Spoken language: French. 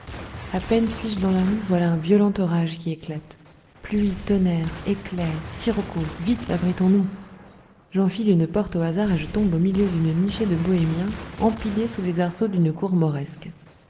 à peine suis-je dans la rue voilà un violent orage qui éclate pluie tonnerre éclairs sirocco vite abritons nous j'enfile une porte au hasard et je tombe au milieu d'une nichée de bohémiens empilés sous les arceaux d'une cour moresque